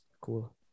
cool